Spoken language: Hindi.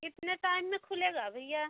कितने टाइम में खुलेगा भैया